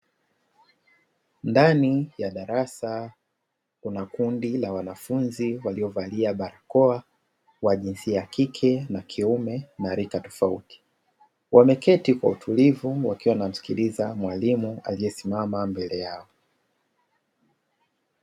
Ndani ya darasa, kuna kundi la wanafunzi waliovalia barakoa wa wa jinsia ya kike na kiume na rika tofauti. Wameketi kwa utulivu wakimsikiliza mwalimu aliyesimama mbele yao.